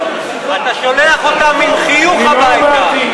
אתה שולח אותם עם חיוך הביתה,